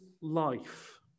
life